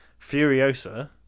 Furiosa